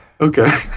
Okay